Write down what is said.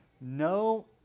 no